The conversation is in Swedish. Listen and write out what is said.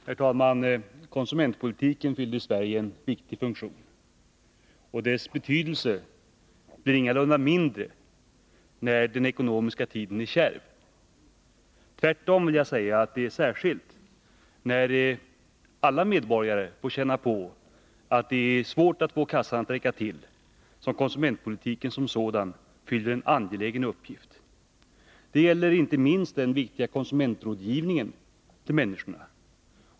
Herr talman! Konsumentpolitiken fyller en viktig funktion i Sverige, och dess betydelse blir ingalunda mindre när den ekonomiska tiden är kärv. Tvärtom vill jag säga, att det är när medborgarna känner att det är svårt att få kassan att räcka till som konsumentpolitiken fyller en särskilt angelägen uppgift. Detta gäller inte minst den viktiga konsumentrådgivningen.